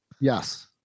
yes